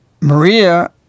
Maria